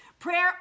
Prayer